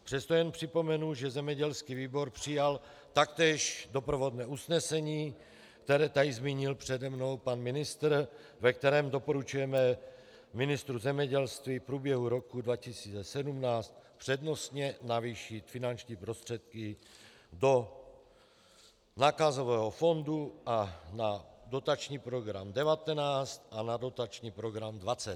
Přesto jen připomenu, že zemědělský výbor přijal taktéž doprovodné usnesení, které tady zmínil přede mnou pan ministr, ve kterém doporučujeme ministru zemědělství v průběhu roku 2017 přednostně navýšit finanční prostředky do nákazového fondu a na dotační program 19 a na dotační program 20.